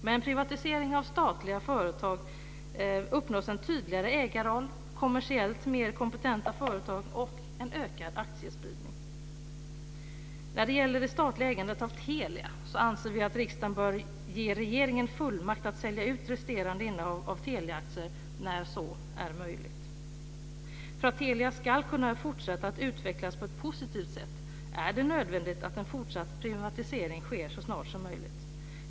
Med en privatisering av statliga företag uppnås en tydligare ägarroll, kommersiellt mer kompetenta företag och en ökad aktiespridning. När det gäller det statliga ägandet av Telia anser vi att riksdagen bör ge regeringen fullmakt att sälja ut resterande innehav av Teliaaktier när så är möjligt. För att Telia ska kunna fortsätta att utvecklas på ett positivt sätt är det nödvändigt att en fortsatt privatisering sker så snart som möjligt.